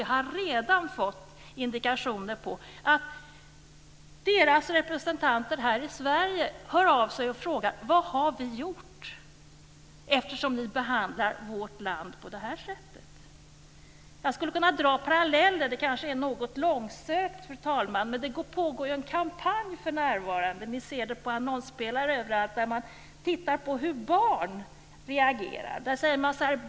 Jag har redan fått indikationer på att Tunisiens representanter här i Sverige hör av sig och frågar: Vad har vi gjort, eftersom ni behandlar vårt land på det här sättet? Jag skulle kunna dra en parallell, fru talman, även om den är något långsökt. Det pågår ju en kampanj för närvarande - vi ser den på annonspelare överallt - som handlar om hur barn reagerar.